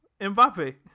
Mbappe